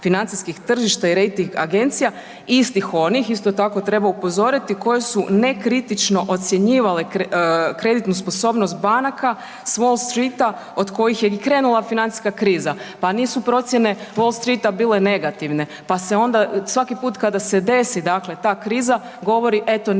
financijskih tržišta i rejting agencija istih onih. Isto tako treba upozoriti koje su nekritično ocjenjivale kreditnu sposobnost banaka s Wall Streeta od kojih je i krenula financijska kriza. Pa nisu procijene Wall Streeta bile negativne, pa se onda, svaki put kada se desi dakle ta kriza govori eto nismo,